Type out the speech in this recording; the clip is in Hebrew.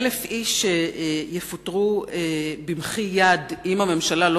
1,000 איש שיפוטרו במחי יד אם הממשלה לא